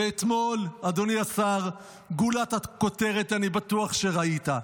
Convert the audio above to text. ואתמול, אדוני השר, גולת הכותרת, אני בטוח שראית,